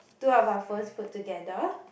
two of our phones put together